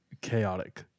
chaotic